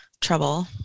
trouble